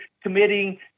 committing